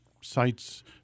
sites